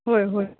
होय होय